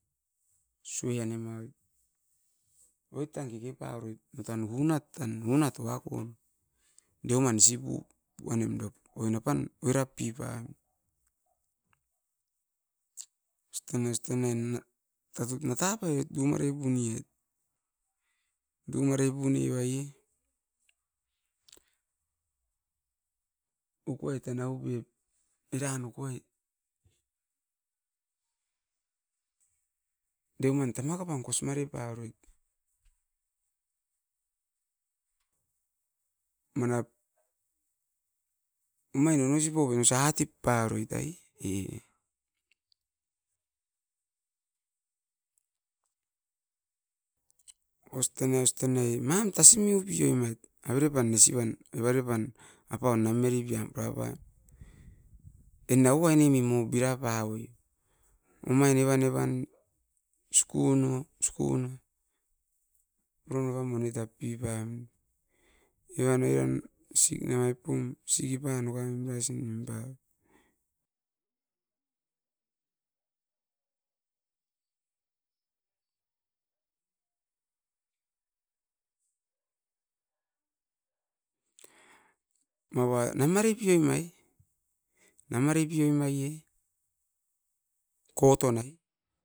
Sueanum roit eran moino tan oit puna puevait, mine tan unatom, asatanai tatut nata pai dumarei pauaip. Dumare pauaie, mara okoai tanau pep, deuman tama kapan kos mare pauim roit, ma nat omain nonosipan osa hard puneroit. Oiran sick namaip pam tau man ouan ma tara punoim roit evatop osa pan tau man apanek tapo ne, mava nama repioi mait, namare pipam ne era koton ai.